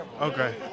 Okay